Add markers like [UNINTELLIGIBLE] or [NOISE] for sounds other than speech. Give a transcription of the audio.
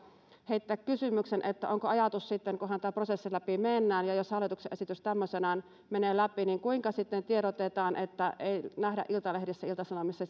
heittää kysymyksen kunhan tämän prosessin läpi mennään ja jos hallituksen esitys tämmöisenään menee läpi mikä on ajatus ja kuinka sitten tiedotetaan niin että ei nähdä iltalehdessä ilta sanomissa [UNINTELLIGIBLE]